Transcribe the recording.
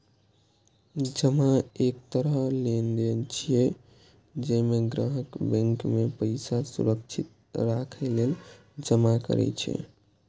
जमा एक तरह लेनदेन छियै, जइमे ग्राहक बैंक मे पैसा सुरक्षित राखै लेल जमा करै छै